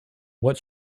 what